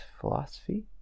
philosophy